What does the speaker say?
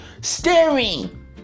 staring